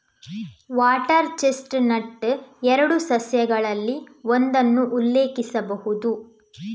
water chestnut ಎರಡು ಸಸ್ಯಗಳಲ್ಲಿ ಒಂದನ್ನು ಉಲ್ಲೇಖಿಸಬಹುದು